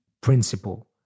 principle